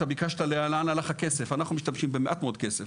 אתה ביקשת "לאן הלך הכסף?" אנחנו משתמשים במעט מאוד כסף.